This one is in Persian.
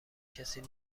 کسی